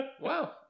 Wow